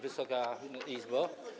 Wysoka Izbo!